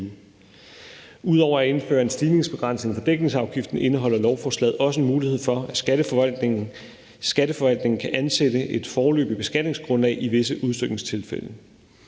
Ud over at indføre en stigningsbegrænsning for dækningsafgiften indeholder lovforslaget også en mulighed for, at Skatteforvaltningen kan ansætte et foreløbigt beskatningsgrundlag i visse udstykningstilfælde.